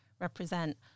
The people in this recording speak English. represent